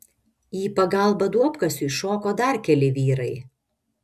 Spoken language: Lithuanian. į pagalbą duobkasiui šoko dar keli vyrai